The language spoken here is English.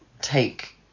take